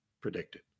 predicted